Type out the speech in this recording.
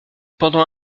pendant